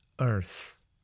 earth